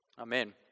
amen